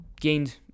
gained